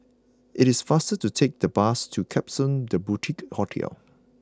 it is faster to take the bus to Klapsons The Boutique Hotel